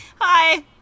Hi